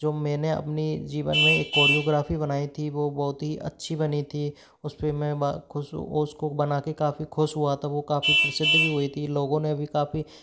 जो मैंने अपने जीवन में एक कोरियोग्राफी बनाई थी वह बहुत ही अच्छी बनी थी उसपे मैं खुश हूँ उसको बना के काफी खुश हुआ था वह काफी प्रसिद्ध भी हुई थी लोगों ने भी काफी